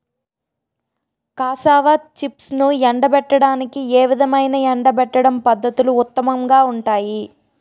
Cassava చిప్స్ను ఎండబెట్టడానికి ఏ విధమైన ఎండబెట్టడం పద్ధతులు ఉత్తమంగా ఉంటాయి?